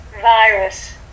virus